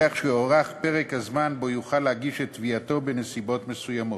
בכך שיוארך פרק הזמן שבו יוכל להגיש את תביעתו בנסיבות מסוימות.